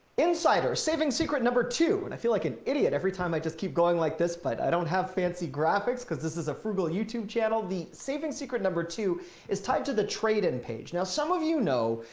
insider saving secret number two, and i feel like an idiot every time i just keep going like this, but i don't have fancy graphics coz this is a frugal youtube channel, the saving secret number two is tied to the trading page. now some of you know,